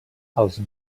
els